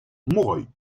moreuil